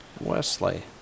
Wesley